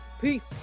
Peace